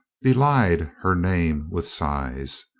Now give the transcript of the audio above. belied her name with sighs.